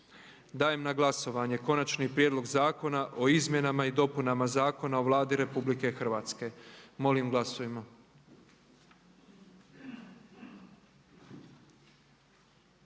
Dajem na glasovanje Konačni prijedlog zakona o izmjenama i dopunama Zakona o obvezama i pravima državnih dužnosnika. Molimo glasujmo.